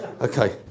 Okay